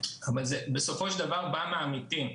אבל בסופו של דבר זה בא מן העמיתים.